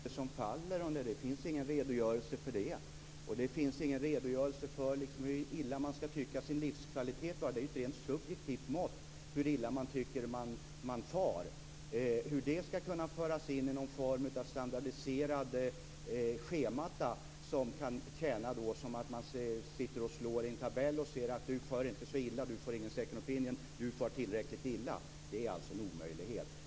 Fru talman! Jag undrar vilka diagnoser som faller under nuvarande second opinion - det finns inga redogörelser för det. Det finns inga redogörelser för hur dålig man skall tycka sin livskvalitet vara - det är inte ens ett subjektivt mått - och hur illa man tycker att man far. Skall det föras in i någon form av standardiserade scheman, så att man sitter och slår i en tabell och ser att patienten inte far så illa och därför inte får någon second opinion, eller att patienten far tillräckligt illa? Det är en omöjlighet.